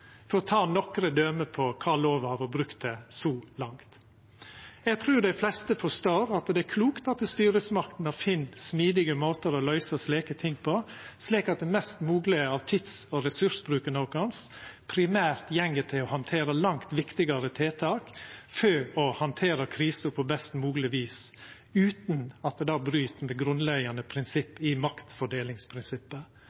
for å ta nokre døme på kva lova har vorte brukt til så langt. Eg trur dei fleste forstår at det er klokt at styresmaktene finn smidige måtar å løysa slike ting på, slik at mest mogleg av tids- og ressursbruken vår primært går til å handtera langt viktigare tiltak for å handtera krisa på best mogleg vis, utan at det bryt med grunnleggjande